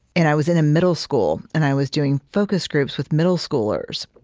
and i was in a middle school, and i was doing focus groups with middle schoolers.